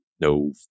no